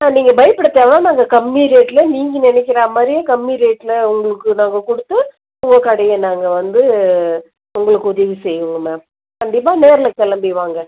நீங்கள் பயப்பட தேவயில்ல நாங்கள் கம்மி ரேட்டுலேயே நீங்கள் நினைக்கிற மாதிரியே கம்மி ரேட்டில் உங்களுக்கு நாங்கள் கொடுத்து உங்கள் கடையை நாங்கள் வந்து உங்களுக்கு உதவி செய்வோம்ங்க மேம் கண்டிப்பாக நேரில் கிளம்பி வாங்க